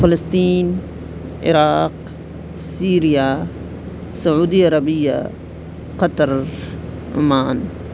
فلسطین عراق سیریا سعودی عربیہ قطر عمان